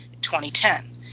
2010